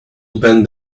open